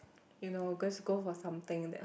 you know girls go for something that